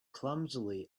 clumsily